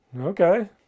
Okay